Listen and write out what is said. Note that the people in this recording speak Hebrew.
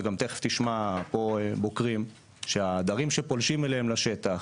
אתה גם תכף תשמע פה בוקרים שהעדרים שפולשים אליהם לשטח,